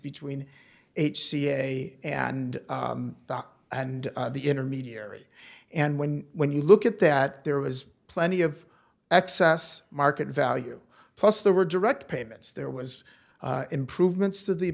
between h c a and and the intermediary and when when you look at that there was plenty of excess market value plus there were direct payments there was improvements to the